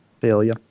Failure